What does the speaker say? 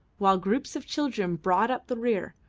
while groups of children brought up the rear,